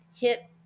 hit